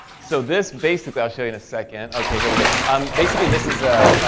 so this basic that show in a sec and okay here we go i'm basically this is a